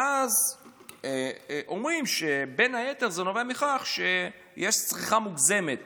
ואז אומרים שבין היתר זה נובע מכך שיש צריכה מוגזמת